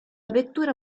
vettura